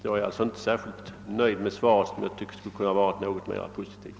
Jag är alltså inte särskilt nöjd med svaret som jag tycker kunde ha varit något mer positivt.